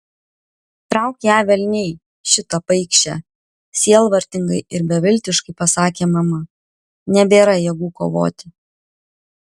trauk ją velniai šitą paikšę sielvartingai ir beviltiškai pasakė mama nebėra jėgų kovoti